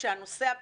בוקר טוב לכולם,